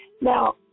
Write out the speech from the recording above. Now